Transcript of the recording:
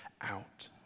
out